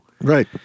right